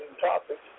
topics